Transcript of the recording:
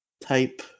type